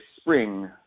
spring